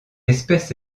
espèce